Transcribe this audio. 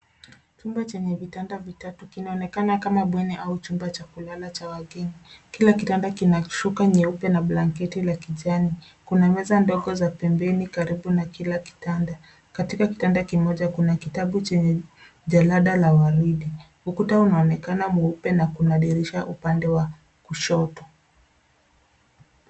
Chumba cheney vitanda vitatu kinaonekana kama bweni au chumba cha kulala cha wageni. Kila kitanda kina shuka nyeupe na blanketi la kijani. Kuna meza ndogo za pembeni karibu na kila kitanda. Katika kitanda kimoja kuna kitabu chenye jalada la waridi. Ukuta unaonekana mweupe na kuna dirisha upande wa kushoto.